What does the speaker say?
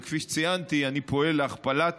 וכפי שציינתי, אני פועל להכפלת